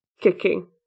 kicking